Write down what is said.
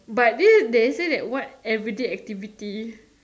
but this they say that what everyday activates